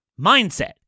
mindset